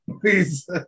Please